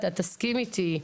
אתה תסכים איתי,